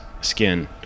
skin